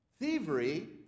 Thievery